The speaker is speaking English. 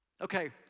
Okay